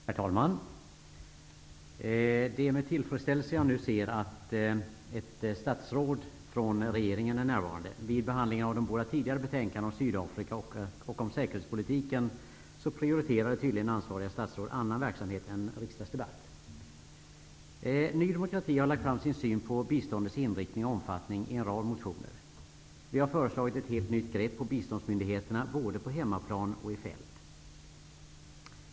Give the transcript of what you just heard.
Herr talman! Det är med tillfredsställelse jag nu ser att ett statsråd från regeringen är närvarande. Vid behandlingen av de båda tidigare betänkandena om Sydafrika och om säkerhetspolitiken prioriterade tydligen ansvariga statsråd annan verksamhet än riksdagsdebatten. Ny demokrati har lagt fram sin syn på biståndets inriktning och omfattning i en rad motioner. Vi har föreslagit ett helt nytt grepp på biståndsmyndigheterna både på hemmaplan och i fält.